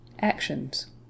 Actions